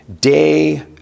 day